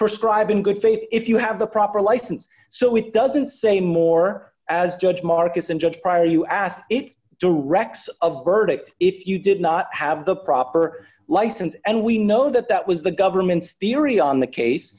prescribe in good faith if you have the proper license so it doesn't say more as judge marcus and judge pryor you asked it directs of verdict if you did not have the proper license and we know that that was the government's theory on the case